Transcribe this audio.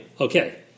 Okay